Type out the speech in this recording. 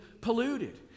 polluted